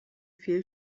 viel